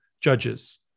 judges